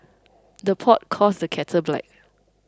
the pot calls the kettle black